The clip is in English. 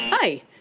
Hi